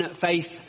faith